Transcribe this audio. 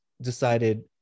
decided